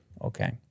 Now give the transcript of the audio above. Okay